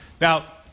Now